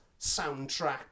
soundtrack